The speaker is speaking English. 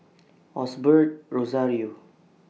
Osbert Rozario